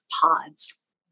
pods